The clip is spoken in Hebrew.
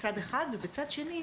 בצד שני,